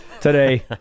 today